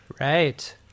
Right